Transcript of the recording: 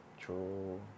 True